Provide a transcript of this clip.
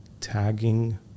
tagging